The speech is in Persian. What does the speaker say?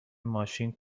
ماشین